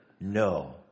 No